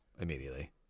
Immediately